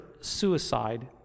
suicide